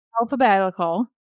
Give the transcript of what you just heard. alphabetical